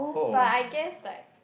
but I guess like